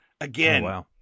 Again